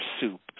soup